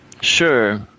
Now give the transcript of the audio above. Sure